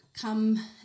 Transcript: come